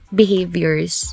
behaviors